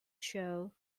show